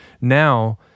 Now